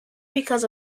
because